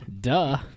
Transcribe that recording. duh